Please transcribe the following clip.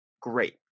great